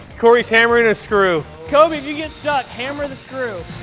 cory's hammering a screw. coby, if you get stuck, hammer the screw.